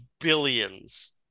billions